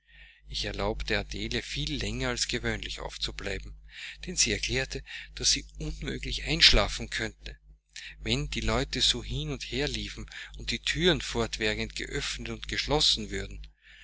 ich erlaubte adele viel länger als gewöhnlich aufzubleiben denn sie erklärte daß sie unmöglich einschlafen könne wenn die leute so hin und herliefen und die thüren fortwährend geöffnet und geschlossen würden